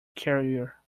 carrier